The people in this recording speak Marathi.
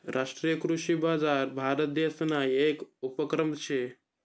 राष्ट्रीय कृषी बजार भारतदेसना येक उपक्रम शे